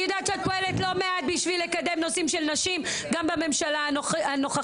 אני יודעת שאת פועלת לא מעט לקדם נושאים של נשים גם בממשלה הנוכחית,